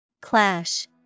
Clash